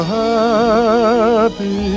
happy